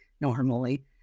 normally